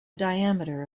diameter